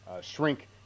shrink